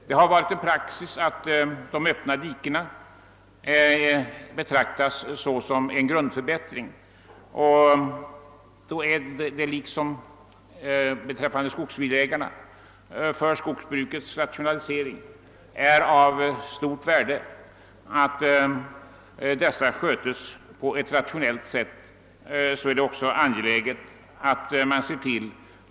Praxis har varit att öppna diken betraktats som grundförbättringar, och beträffande dessa gäller detsamma som för skogsbilvägarna, nämligen att de är av mycket stort värde för rationaliseringen inom skogsbruket.